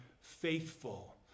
faithful